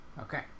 Okay